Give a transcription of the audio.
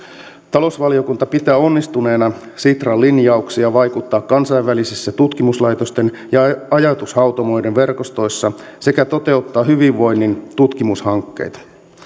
talousvaliokunta pitää onnistuneena sitran linjauksia vaikuttaa kansainvälisissä tutkimuslaitosten ja ja ajatushautomoiden verkostoissa sekä toteuttaa hyvinvoinnin tutkimushankkeita